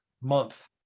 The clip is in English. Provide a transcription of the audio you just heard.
month